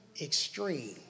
extreme